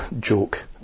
joke